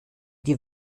die